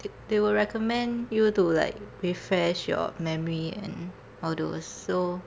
they they will recommend you to like refresh your memory and all those so